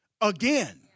again